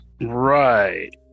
Right